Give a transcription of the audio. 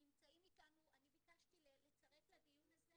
אני ביקשתי לצרף לדיון הזה